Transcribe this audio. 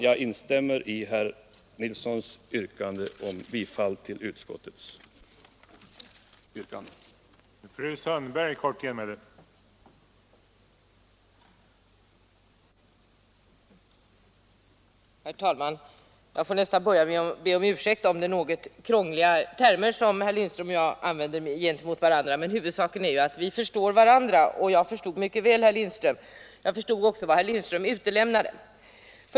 Jag instämmer i herr Nilssons i Kristianstad yrkande om bifall till utskottets hemställan.